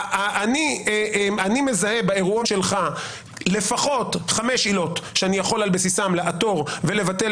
אני מזהה באירוע שלך לפחות חמש עילות שאני יכול על בסיסן לעתור ולבטל